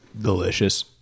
Delicious